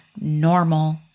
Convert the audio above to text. normal